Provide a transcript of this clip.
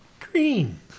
Green